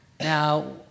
Now